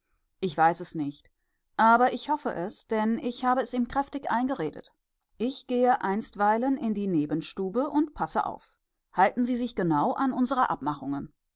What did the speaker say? ich weiß es nicht aber ich hoffe es denn ich habe es ihm kräftig eingeredet ich gehe einstweilen in die nebenstube und passe auf halten sie sich genau an unsere abmachungen